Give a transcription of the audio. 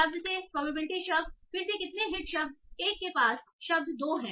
शब्द से प्रोबेबिलिटी शब्द फिर से कितने हिट शब्द 1 के पास शब्द 2 हैं